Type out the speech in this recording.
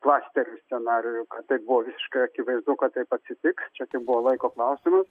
klasterių scenarijų kad tai buvo visiškai akivaizdu kad taip atsitiks čia tik buvo laiko klausimas